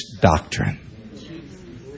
doctrine